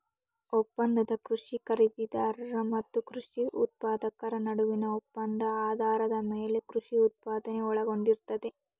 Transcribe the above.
ಒಪ್ಪಂದದ ಕೃಷಿ ಖರೀದಿದಾರ ಮತ್ತು ಕೃಷಿ ಉತ್ಪಾದಕರ ನಡುವಿನ ಒಪ್ಪಂದ ಆಧಾರದ ಮೇಲೆ ಕೃಷಿ ಉತ್ಪಾದನೆ ಒಳಗೊಂಡಿರ್ತದೆ